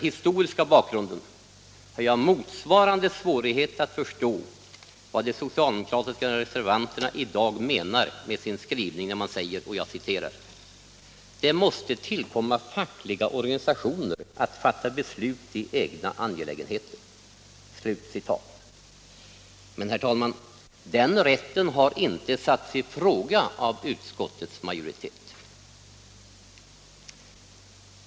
har jag motsvarande svårighet att förstå vad de socialdemokratiska re —— servanterna i dag menar med sin skrivning när man säger att ”det måste = Kollektivanslutning tillkomma fackliga organisationer att fatta beslut i egna angelägenheter.” — till politiskt parti, Den rätten har inte satts i fråga av utskottets majoritet.